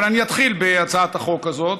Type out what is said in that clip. אבל אני אתחיל בהצעת החוק הזאת,